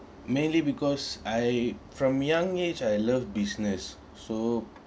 mainly because I from young age I love business so